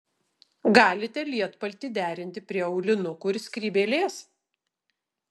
galite lietpaltį derinti prie aulinukų ir skrybėlės